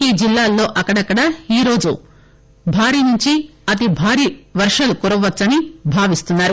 ఈ జిల్లాల్లో అక్కడక్కడ ఈరోజు భారీ నుంచి అతిభారీ వర్షాలు కురవవచ్చని భావిస్తున్నారు